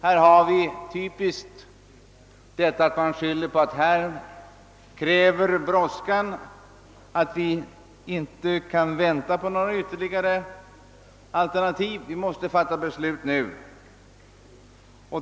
Här har vi ett typiskt exempel på motsatsen: man skyller på brådskan, att man inte kan vänta på några ytterligare alternativ utan måste fatta beslut nu.